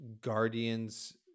guardians